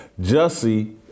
Jussie